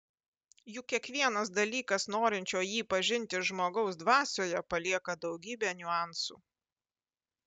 juk kiekvienas dalykas norinčio jį pažinti žmogaus dvasioje palieka daugybę niuansų